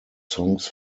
songs